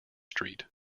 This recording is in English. street